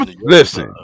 Listen